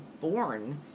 born